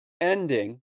ending